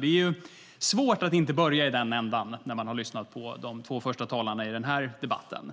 Det är svårt att inte börja i den ändan när man har lyssnat på de två första talarna i den här debatten.